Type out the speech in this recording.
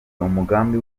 umugambi